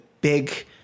big